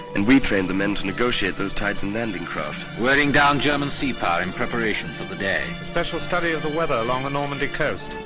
and we trained the men to negotiate those tides in landing craft. wearing down german sea power in preparation for the day. a special study of the weather along the normandy coast.